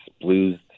blues